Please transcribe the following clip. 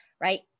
right